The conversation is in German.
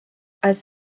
als